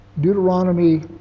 Deuteronomy